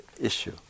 issue